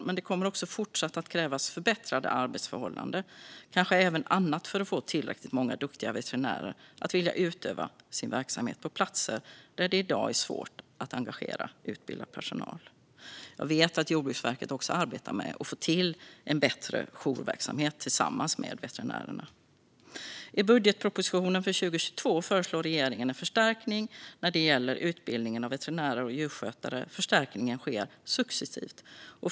Men det kommer också fortsatt att krävas förbättrade arbetsförhållanden och kanske även annat för att få tillräckligt många duktiga veterinärer att vilja utöva sin verksamhet på platser där det i dag är svårt att engagera utbildad personal. Jag vet att Jordbruksverket också arbetar med att få till en bättre jourverksamhet tillsammans med veterinärerna. I budgetpropositionen för 2022 föreslår regeringen en förstärkning när det gäller utbildningen av veterinärer och djursjukskötare. Förstärkningen sker successivt.